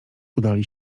udali